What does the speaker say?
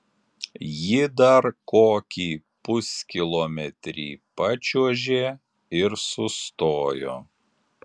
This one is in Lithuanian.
ji dar kokį puskilometrį pačiuožė ir sustojo